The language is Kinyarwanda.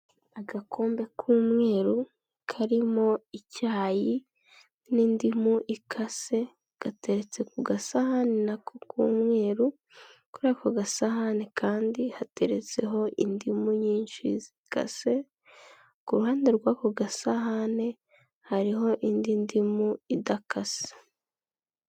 Agakombe k'umweru, karimo icyayi n'indimu ikase, gateretse ku gasahani na ko k'umweru, kuri ako gasahani kandi, hateretseho indimu nyinshi zikase, ku ruhande rw'ako gasahane, hariho indi ndimu idakase.